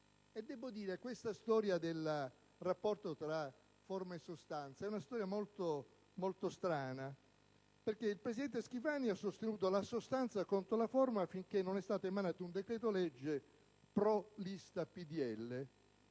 combattere. Questa storia del rapporto tra forma e sostanza è molto strana perché il presidente Schifani ha sostenuto la sostanza contro la forma finché non è stato emanato un decreto-legge pro lista PdL.